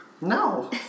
No